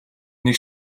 нэг